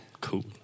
Cool